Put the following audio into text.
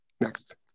next